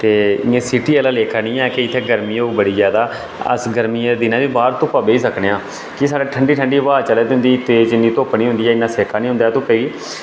ते इंया सिटी आह्ले लेखा निं हैन कि गर्मी होग जादै अस गर्मियें दिनें बी बाह्र धुप्पा बेही सकने आं कि साढ़े ठंडी ठंडी ब्हाऽ चला दी होंदी ऐ इन्नी धुप्प निं होंदी ऐ ते सेका निं होंदा ऐ धुप्पै गी